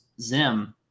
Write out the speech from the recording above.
Zim